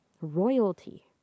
royalty